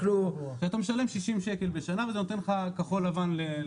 שאתה משלם 60 שקל בשנה וזה נותן לך כחול לבן.